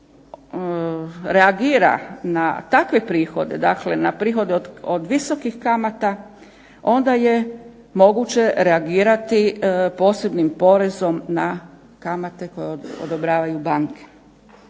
reagira na takve prihode, dakle na prihode od visokih kamata onda je moguće reagirati posebnim porezom na kamate koje odobravaju banke.